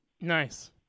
Nice